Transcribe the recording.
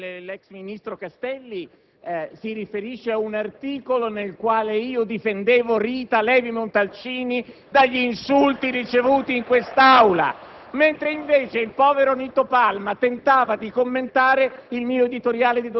Presidente, qui vi è un falso, nel senso che l'ex ministro Castelli si riferisce ad un articolo nel quale difendevo Rita Levi-Montalcini dagli insulti ricevuti in quest'Aula.